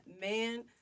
man